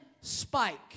spike